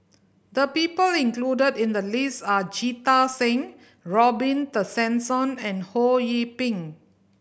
the people included in the list are Jita Singh Robin Tessensohn and Ho Yee Ping